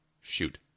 shoot